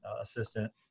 assistant